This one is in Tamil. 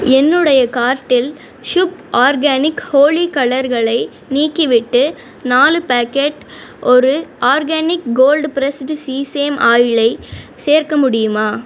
என்னுடைய கார்ட்டில் ஷுப் ஆர்கானிக் ஹோலி கலர்களை நீக்கிவிட்டு நாலு பேக்கெட் ஒரு ஆர்கானிக் கோல்ட் பிரஸ்டு சீசேம் ஆயிலை சேர்க்க முடியுமா